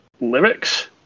lyrics